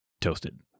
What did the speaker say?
toasted